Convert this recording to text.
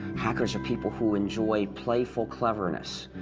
hackers are people who enjoy playful cleverness.